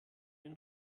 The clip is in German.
den